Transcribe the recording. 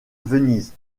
venise